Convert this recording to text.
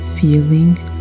feeling